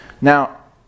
Now